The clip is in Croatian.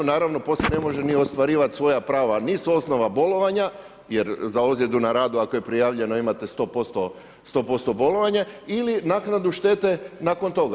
Naravno, poslije ne može ni ostvarivati svoja prava, nisu osnova bolovanja je za ozljedu na radu, ako je prijavljeno imate 100% bolovanje ili naknadu štete nakon toga.